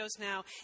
now